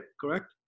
Correct